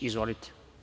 Izvolite.